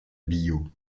billaud